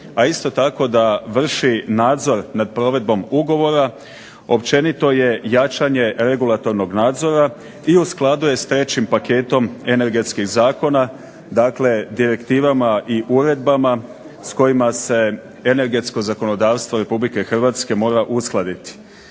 a isto tako da vrši nadzor nad provedbom ugovora, općenito je jačanje regulatornog nadzora i u skladu je sa trećim paketom energetskih zakona, dakle direktivama i uredbama s kojima se energetsko zakonodavstvo Republike Hrvatske mora uskladiti.